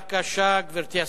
בבקשה, גברתי השרה.